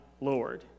Lord